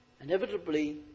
Inevitably